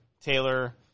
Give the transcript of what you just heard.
Taylor